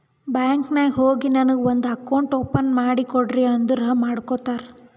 bank ನಾಗ್ ಹೋಗಿ ನನಗ ಒಂದ್ ಅಕೌಂಟ್ ಓಪನ್ ಮಾಡಿ ಕೊಡ್ರಿ ಅಂದುರ್ ಮಾಡ್ಕೊಡ್ತಾರ್